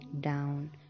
down